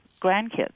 grandkids